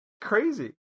crazy